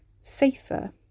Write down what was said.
safer